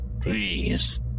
Please